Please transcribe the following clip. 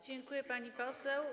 Dziękuję, pani poseł.